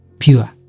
Pure